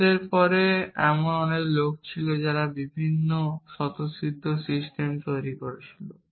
ফ্রেজের পরে এমন অনেক লোক ছিল যারা বিভিন্ন স্বতঃসিদ্ধ সিস্টেম তৈরি করেছিল